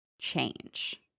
change